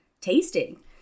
tasting